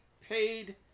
paid